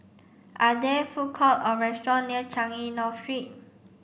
are there food court or restaurant near Changi North Street